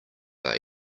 are